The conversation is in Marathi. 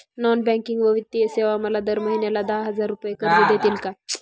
नॉन बँकिंग व वित्तीय सेवा मला दर महिन्याला दहा हजार रुपये कर्ज देतील का?